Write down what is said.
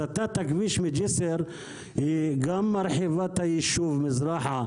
הסטת הכביש מג'סר גם מרחיבה את היישוב מזרחה,